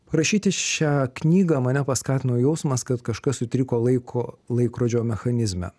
parašyti šią knygą mane paskatino jausmas kad kažkas sutriko laiko laikrodžio mechanizme